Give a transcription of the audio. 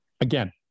Again